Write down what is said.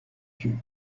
tut